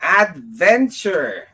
adventure